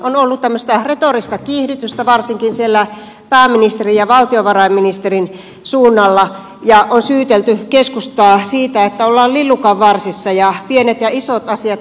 on ollut tämmöistä retorista kiihdytystä varsinkin siellä pääministerin ja valtiovarainministerin suunnalla ja on syytelty keskustaa siitä että ollaan lillukanvarsissa ja pienet ja isot asiat ovat sekaisin